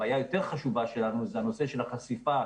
הבעיה היותר-חשובה שלנו זה הנושא של החשיפה